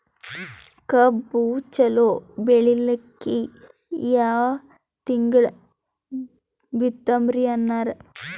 ಕಬ್ಬು ಚಲೋ ಬೆಳಿಲಿಕ್ಕಿ ಯಾ ತಿಂಗಳ ಬಿತ್ತಮ್ರೀ ಅಣ್ಣಾರ?